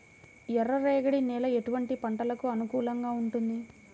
ఎర్ర రేగడి నేల ఎటువంటి పంటలకు అనుకూలంగా ఉంటుంది?